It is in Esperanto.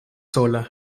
sola